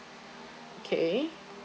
okay